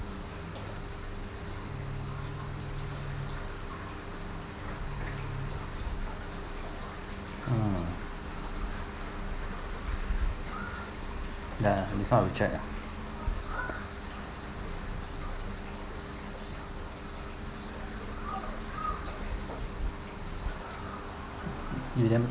ah ya this one I'll check ah